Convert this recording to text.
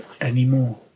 anymore